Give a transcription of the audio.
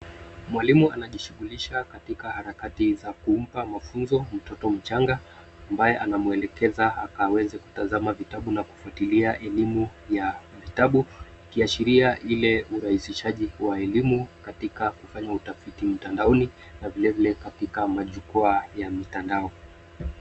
Mwalimu anajishugulisha katika harakati za kumpa mafunzo mtoto mchanga ambaye anamwelekeza akaweze kutazama vitabu na kufuatilia elimu ya vitabu ikiashiria ile urahisishaji wa elimu katika kufanya utafiti mtandaoni na vilevile katika majukwaa ya mitandao.